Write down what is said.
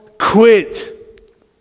quit